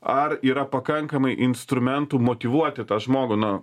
ar yra pakankamai instrumentų motyvuoti tą žmogų nu